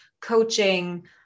coaching